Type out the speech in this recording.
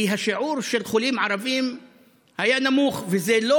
כי השיעור של חולים ערבים היה נמוך וזה לא